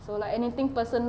so like anything personal